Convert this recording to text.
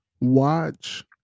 watch